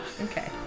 okay